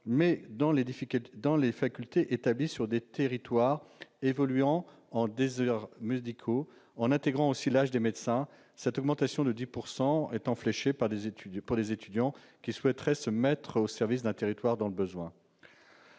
mais réservée aux facultés établies sur des territoires évoluant en déserts médicaux, en tenant compte, aussi, de l'âge des médecins ? Cette augmentation de 10 % serait fléchée vers des étudiants qui souhaiteraient se mettre au service d'un territoire dans le besoin.